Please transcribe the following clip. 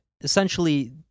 Essentially